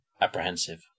apprehensive